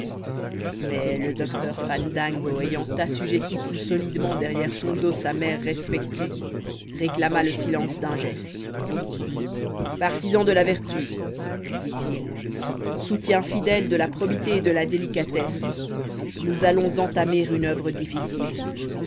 mais le docteur fandango ayant assujetti plus solidement derrière son dos sa mère respectée réclama le silence d'un geste partisans de la vertu dit-il soutiens fidèles de la probité et de la délicatesse nous allons entamer une oeuvre difficile